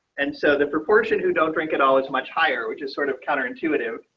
and so the proportion who don't drink it all as much higher, which is sort of counterintuitive.